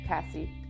Cassie